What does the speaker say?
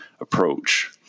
approach